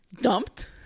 dumped